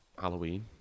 halloween